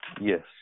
Yes